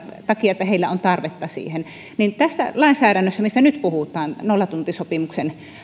takia että heillä on tarvetta siihen tässä lainsäädännössä nollatuntisopimuksen